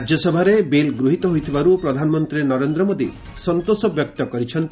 ରାଜ୍ୟସଭାରେ ବିଲ୍ ଗୃହିତ ହୋଇଥିବାରୁ ପ୍ରଧାନମନ୍ତ୍ରୀ ନରେନ୍ଦ୍ର ମୋଦୀ ସନ୍ତୋଷ ବ୍ୟକ୍ତ କରିଛନ୍ତି